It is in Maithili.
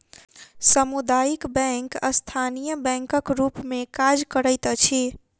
सामुदायिक बैंक स्थानीय बैंकक रूप मे काज करैत अछि